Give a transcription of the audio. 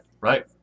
Right